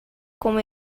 com